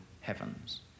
heavens